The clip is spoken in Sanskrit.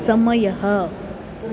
समयः